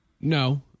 No